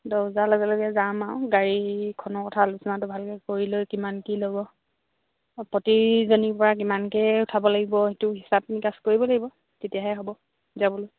দহ বজাৰ লগে লগে যাম আৰু গাড়ীখনৰ কথা আলোচনাটো ভালকৈ কৰি লৈ কিমান কি ল'ব প্ৰতিজনীৰপৰা কিমানকৈ উঠাব লাগিব সেইটো হিচাপ নিকাচ কৰিব লাগিব তেতিয়াহে হ'ব যাবলৈ